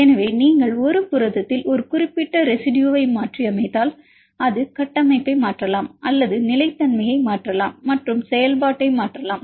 எனவே நீங்கள் ஒரு புரதத்தில் ஒரு குறிப்பிட்ட ரெசிடுயு ஐ மாற்றியமைத்தால் அது கட்டமைப்பை மாற்றலாம் அல்லது நிலைத்தன்மையை மாற்றலாம் மற்றும் செயல்பாட்டை மாற்றலாம்